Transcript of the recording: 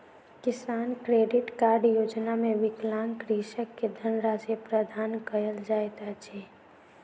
किसान credit card योजना मे विकलांग कृषक के धनराशि प्रदान कयल जाइत अछि